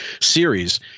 series